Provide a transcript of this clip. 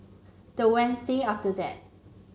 the Wednesday after that